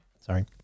sorry